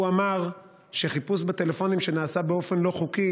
הוא אמר שחיפוש בטלפונים שנעשה באופן לא חוקי